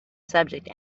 subject